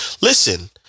Listen